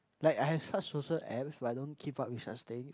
like I've such social apps but I don't keep up with such things